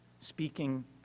speaking